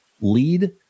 lead